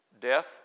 death